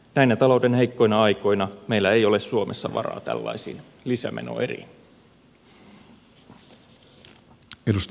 näinä talouden heikkoina aikoina meillä ei ole suomessa varaa tällaisiin lisämenoeriin